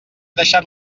deixat